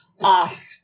off